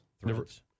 threads